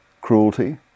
cruelty